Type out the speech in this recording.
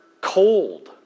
cold